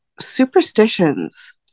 superstitions